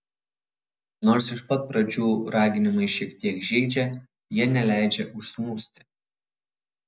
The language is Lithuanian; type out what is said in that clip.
nors iš pat pradžių raginimai šiek tiek žeidžia jie neleidžia užsnūsti